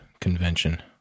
convention